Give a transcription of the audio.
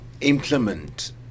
implement